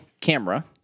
camera